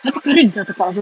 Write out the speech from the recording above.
macam kering sia tekak aku